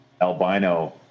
Albino